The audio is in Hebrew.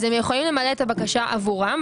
הם יכולים למלא את הבקשה עבורם.